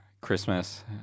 Christmas